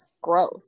gross